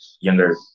younger